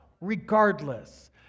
Regardless